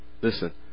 Listen